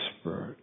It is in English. spirit